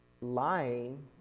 Lying